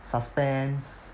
suspense